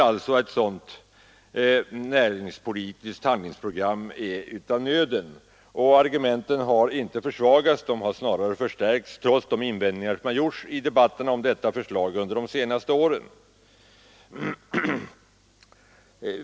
Ett sådant näringspolitiskt handlingsprogram är av nöden, och argumenten härför har inte försvagats utan snarare förstärkts trots de invändningar som gjorts i debatten om detta förslag under de senaste åren.